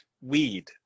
weed